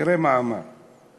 תראו מה הוא אמר.